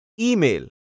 Email